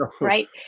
right